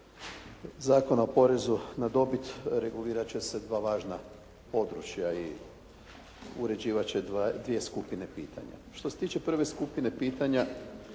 Zakona o porezu na dobit regulirati će se dva važna područja i uređivati će dvije skupine pitanja. Što se tiče prve skupine pitanja,